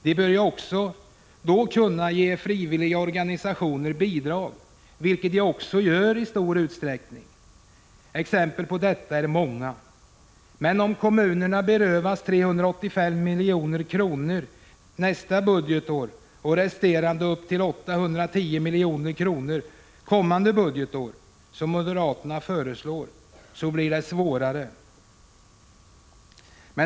De bör också då kunna ge frivilligorganisationerna bidrag, vilket de även gör i stor utsträckning. Exemplen på detta är många. Men om kommunerna berövas 385 miljoner nästa budgetår och resterande upp till 810 milj.kr. kommande budgetår, som moderaterna föreslår, blir det svårare.